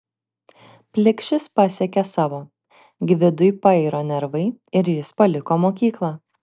plikšis pasiekė savo gvidui pairo nervai ir jis paliko mokyklą